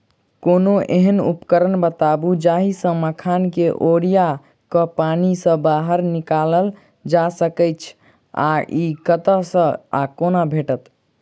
कोनों एहन उपकरण बताऊ जाहि सऽ मखान केँ ओरिया कऽ पानि सऽ बाहर निकालल जा सकैच्छ आ इ कतह सऽ आ कोना भेटत?